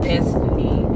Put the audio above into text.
destiny